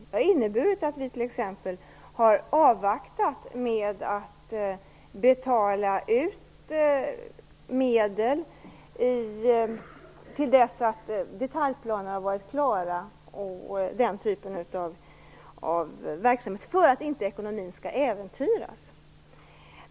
Det har inneburit att vi t.ex. har avvaktat med att betala ut medel till dess att detaljplanerna har varit klara för att ekonomin inte skall äventyras.